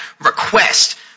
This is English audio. request